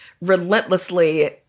relentlessly